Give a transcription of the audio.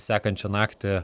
sekančią naktį